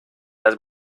las